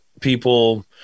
people